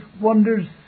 wonders